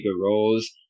roles